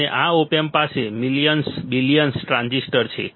અને આ op amp પાસે મિલિયન્સ MOSFETs બિલિયન્સ ટ્રાન્ઝિસ્ટર છે